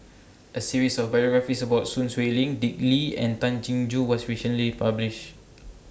A series of biographies about Sun Xueling Dick Lee and Tay Chin Joo was recently published